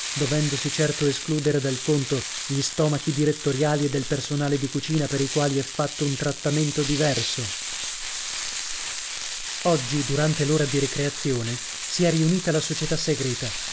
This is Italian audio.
dovendosi certo escludere dal conto gli stomachi direttoriali e del personale di cucina per i quali è fatto un trattamento diverso oggi durante l'ora di ricreazione si è riunita la società segreta